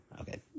Okay